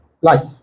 life